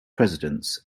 presidents